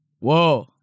whoa